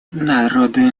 народы